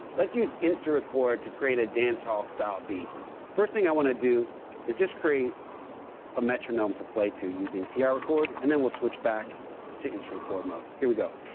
let's use insta-record to create a dancehall style beat. the first thing i want to do is just create a metronome to play to using tr-record and then we'll switch back to insta-record mode. here we go.